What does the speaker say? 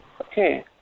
Okay